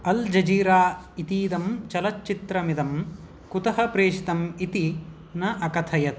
अल् Jazeera इतीदं चलच्चित्रमिदं कुतः प्रेषितम् इति न अकथयत्